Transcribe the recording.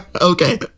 okay